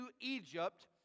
Egypt